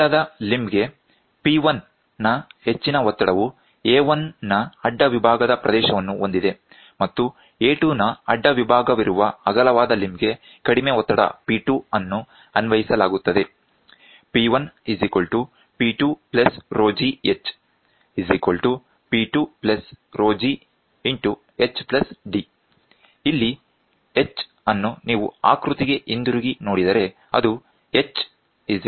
ಕಿರಿದಾದ ಲಿಂಬ್ ಗೆ P1 ನ ಹೆಚ್ಚಿನ ಒತ್ತಡವು A1 ನ ಅಡ್ಡ ವಿಭಾಗದ ಪ್ರದೇಶವನ್ನು ಹೊಂದಿದೆ ಮತ್ತು A2 ನ ಅಡ್ಡ ವಿಭಾಗವಿರುವ ಅಗಲವಾದ ಲಿಂಬ್ ಗೆ ಕಡಿಮೆ ಒತ್ತಡ P2 ಅನ್ನು ಅನ್ವಯಿಸಲಾಗುತ್ತದೆ ಇಲ್ಲಿ ಈ H ಅನ್ನು ನೀವು ಆಕೃತಿಗೆ ಹಿಂದಿರುಗಿ ನೋಡಿದರೆ ಅದು H h d